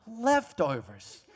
leftovers